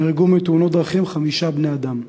נהרגו בתאונות דרכים חמישה בני-אדם.